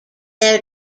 their